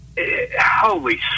holy